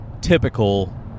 typical